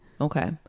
Okay